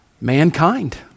mankind